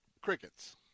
crickets